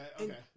okay